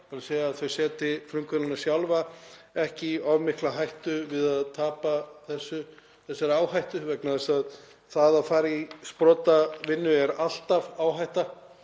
þau setji frumkvöðlana sjálfa ekki í of mikla hættu við að taka þessa áhættu, vegna þess að það að fara í sprotavinnu er alltaf áhætta.